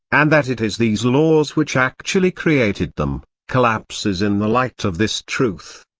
and that it is these laws which actually created them, collapses in the light of this truth.